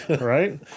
Right